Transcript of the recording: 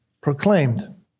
proclaimed